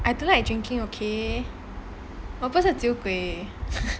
I don't like drinking okay 我不是酒鬼